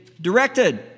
directed